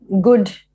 good